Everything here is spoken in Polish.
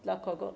Dla kogo?